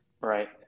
right